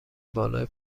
بالای